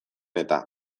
eta